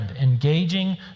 engaging